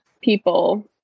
people